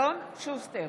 אלון שוסטר,